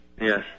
Yes